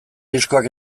diskoak